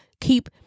Keep